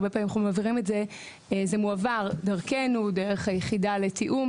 הרבה פעמים זה מועבר דרכנו דרך היחידה לתיאום,